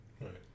Right